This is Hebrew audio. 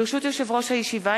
ברשות יושב-ראש הישיבה,